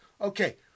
Okay